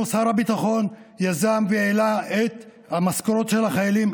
שר הביטחון יזם והעלה את המשכורות של חיילים,